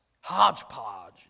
hodgepodge